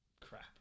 crap